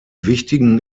wichtigen